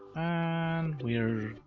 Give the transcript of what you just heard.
and we're